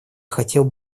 хотел